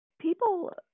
People